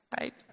right